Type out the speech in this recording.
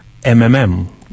MMM